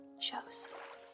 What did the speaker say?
Joseph